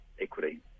equity